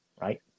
Right